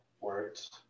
words